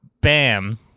bam